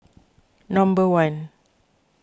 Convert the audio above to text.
number one